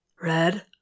Red